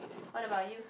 what about you